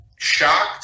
Shocked